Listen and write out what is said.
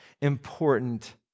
important